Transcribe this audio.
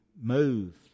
move